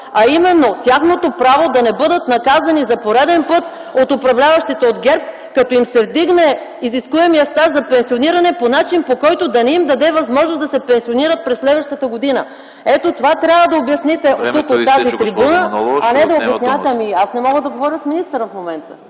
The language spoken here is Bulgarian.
а именно тяхното право да не бъдат наказани за пореден път от управляващите от ГЕРБ, като им се вдигне изискуемият стаж за пенсиониране по начин, който да не им даде възможност да се пенсионират през следващата година. Ето това трябва да обясните тук, от тази трибуна. ПРЕДСЕДАТЕЛ АНАСТАС АНАСТАСОВ: Времето Ви изтече, госпожо